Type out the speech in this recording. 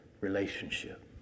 Relationship